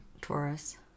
Taurus